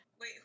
Wait